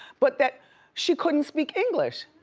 but that she couldn't speak english.